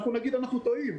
נגיד שאנחנו טועים.